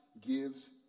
gives